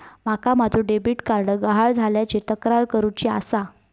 माका माझो debit card गहाळ झाल्याची तक्रार करुची आसा